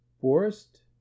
Forest